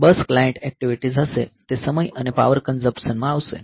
બસ client activities હશે તે સમય અને પાવર કંઝંપ્શનમાં આવશે